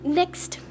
next